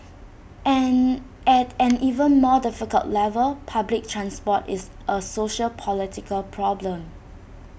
and at an even more difficult level public transport is A sociopolitical problem